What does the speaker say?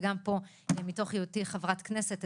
וגם פה בהיותי חברת כנסת,